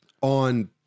on